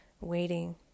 waiting